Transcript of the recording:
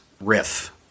riff